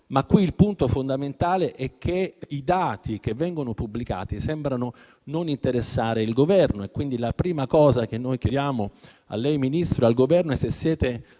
ma il punto fondamentale è che i dati pubblicati sembrano non interessare il Governo. Quindi, la prima cosa che noi chiediamo a lei, signor Ministro, e al Governo, è se siete